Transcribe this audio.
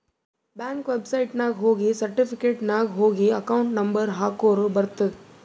bank ವೆಬ್ಸೈಟ್ನಾಗ ಹೋಗಿ certificate ನಾಗ್ ಹೋಗಿ ಅಕೌಂಟ್ ನಂಬರ್ ಹಾಕುರ ಬರ್ತುದ್